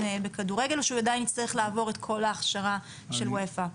בכדורגל או שהוא עדיין יצטרך לעבור את כל ההכשרה של אופ"א?